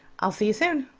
i'll see you soon.